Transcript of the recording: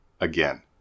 again